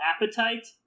appetite